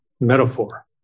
metaphor